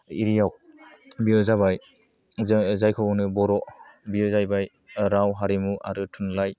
area याव बेयो जाबाय जों जायखौ होनो बर' बियो जाहैबाय राव हारिमु आरो थुनलाइ